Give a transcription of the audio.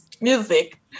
music